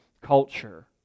culture